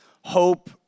hope